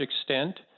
extent